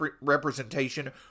representation